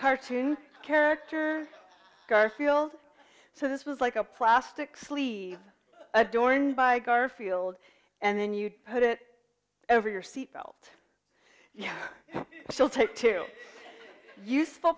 cartoon character garfield so this was like a plastic sleeve adorned by garfield and then you put it over your seat belt yeah so take two useful